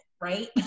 right